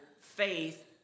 faith